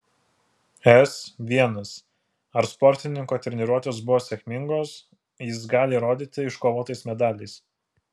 s l ar sportininko treniruotės buvo sėkmingos jis gali įrodyti iškovotais medaliais